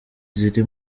ziri